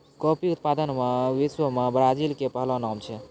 coffee उत्पादन मॅ विश्व मॅ ब्राजील के पहलो नाम छै